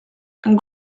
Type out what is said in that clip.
and